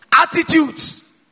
Attitudes